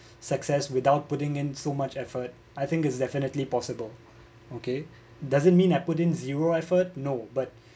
success without putting in so much effort I think it's definitely possible okay doesn't mean I putting zero effort no but